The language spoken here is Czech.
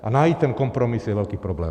A najít ten kompromis je velký problém.